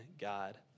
God